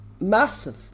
massive